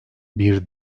bir